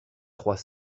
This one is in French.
trois